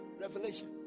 Revelation